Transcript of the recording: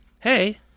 hey